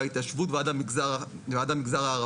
בהתיישבות ועד המגזר הערבי.